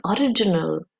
original